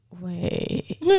wait